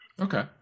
Okay